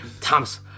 Thomas